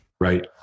Right